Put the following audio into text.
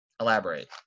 Elaborate